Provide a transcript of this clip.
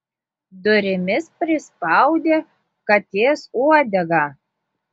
durimis prispaudė katės uodegą